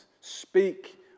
speak